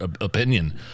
opinion